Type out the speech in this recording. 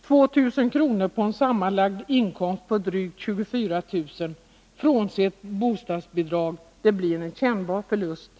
2 000 kr. på en sammanlagd inkomst på drygt 24 000 kr., frånsett bostadsbidrag, blir en kännbar förlust.